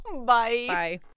Bye